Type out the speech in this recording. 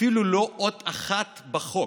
אפילו לא אות אחת בחוק,